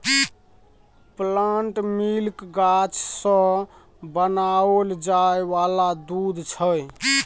plant milk गाछ सँ बनाओल जाय वाला दूध छै